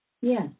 Yes